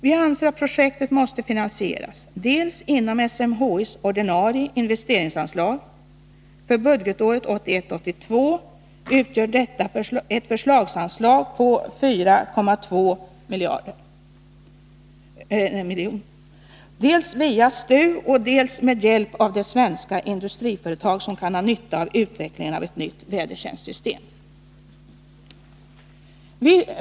Vi anser att projektet måste finansieras dels inom SMHI:s ordinarie investeringsanslag — för budgetåret 1981/82 finns det ett förslagsanslag på 4,2 milj.kr. —, dels via STU, dels med hjälp av de svenska industriföretag som kan ha nytta av utvecklingen av ett nytt vädertjänstsystem.